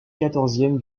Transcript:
quatorzième